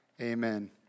Amen